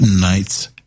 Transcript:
Nights